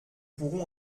pourrons